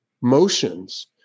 motions